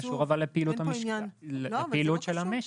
קשור אבל לפעילות של המשק.